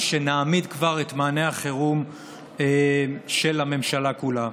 שנעמיד כבר את מענה החירום של הממשלה כולה.